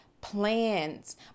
plans